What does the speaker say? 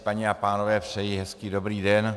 Paní a pánové, přeji hezký dobrý den.